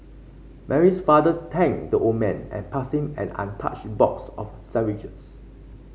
Mary's father thanked the old man and pass him an untouched box of sandwiches